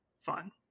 fun